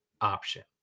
option